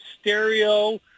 stereo